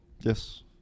Yes